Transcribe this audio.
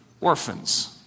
Orphans